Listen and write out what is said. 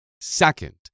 second